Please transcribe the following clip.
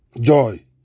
joy